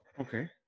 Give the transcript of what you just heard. okay